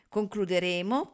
Concluderemo